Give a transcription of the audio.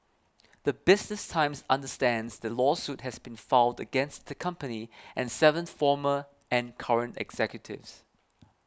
the Business Times understands the lawsuit has been filed against the company and seven former and current executives